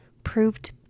proved